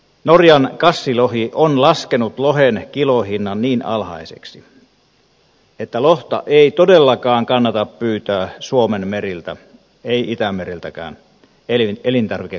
norjan kassilohi on laskenut lohen kilohinnan niin alhaiseksi että lohta ei todellakaan kannata pyytää suomen meriltä ei itämereltäkään elintarvikekalastusmielessä